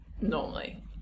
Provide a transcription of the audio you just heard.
normally